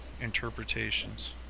interpretations